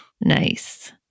Nice